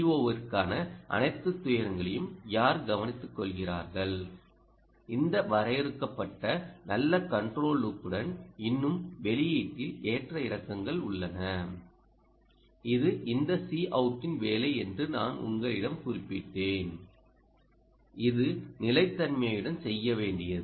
ஓவுக்கான அனைத்து துயரங்களையும் யார் கவனித்துக்கொள்கிறார்கள் இந்த வரையறுக்கப்பட்ட நல்ல கன்ட்ரோல் லூப்புடன் இன்னும் வெளியீட்டில் ஏற்ற இறக்கங்கள் உள்ளன இது இந்த Cout ன் வேலை என்று நான் உங்களிடம் குறிப்பிட்டேன் இது நிலைத்தன்மையுடன் செய்ய வேண்டியது